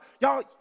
Y'all